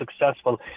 successful